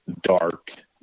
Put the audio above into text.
dark